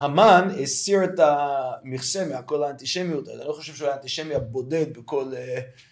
המן הסיר את המכסה, מכל האנטישמיות, אני לא חושב שהוא היה האנטישמי הבודד בכל...